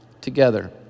together